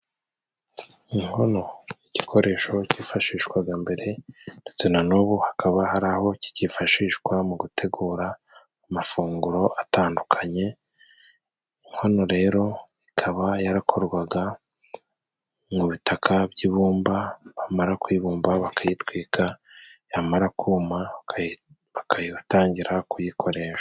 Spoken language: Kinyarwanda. Inkono igikoresho cyifashishwaga mbere ndetse nanubu hakaba hari aho kikifashishwa mu gutegura amafunguro atandukanye inkono rero ikaba yarakorwaga mu bitaka by'ibumba bamara kuyibumba bakayitwika yamara kuma bakayitangira kuyikoresha.